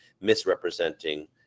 misrepresenting